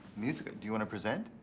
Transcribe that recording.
music, do you wanna present?